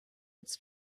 its